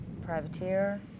privateer